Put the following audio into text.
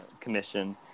commission